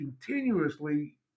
continuously